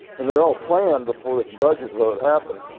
and they were all planned before this budget vote happened.